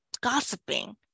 gossiping